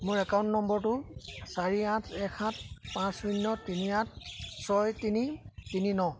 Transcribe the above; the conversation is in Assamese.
মোৰ একাউণ্ট নম্বৰটো চাৰি আঠ এক সাত পাঁচ শূন্য তিনি আঠ ছয় তিনি তিনি ন